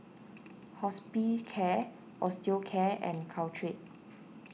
Hospicare Osteocare and Caltrate